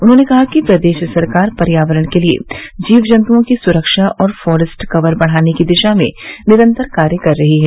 उन्होंने कहा कि प्रदेश सरकार पर्यावरण के लिए जीव जंतुओं की सुरक्षा और फॉरेस्ट कवर बढ़ाने की दिशा में निरन्तर कार्य कर रही है